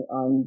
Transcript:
on